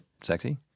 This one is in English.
sexy